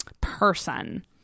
person